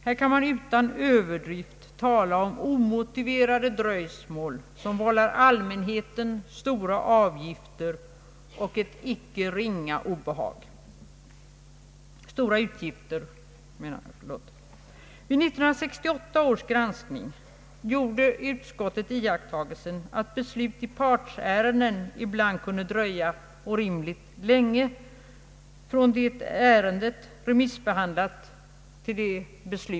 Här kan man utan överdrift tala om omotiverade dröjsmål som vållar allmänheten stora utgifter och icke ringa obehag. Vid 1968 års granskning gjorde utskottet iakttagelsen att beslut i partsärenden ibland kunde dröja orimligt länge från det att ärenden remissbehandlats.